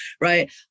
right